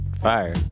fire